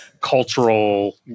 cultural